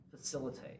facilitate